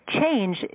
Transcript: change